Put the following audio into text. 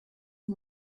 and